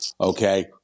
Okay